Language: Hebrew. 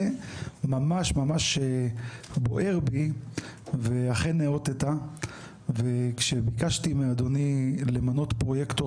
ממש בוער בי ואכן נאותת וכשביקשתי מאדוני למנות פרויקטור